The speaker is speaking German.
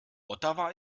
ottawa